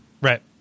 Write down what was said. Right